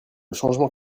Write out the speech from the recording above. changement